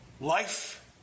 life